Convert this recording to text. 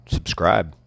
Subscribe